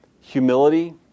Humility